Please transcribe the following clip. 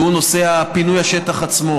הוא נושא פינוי השטח עצמו.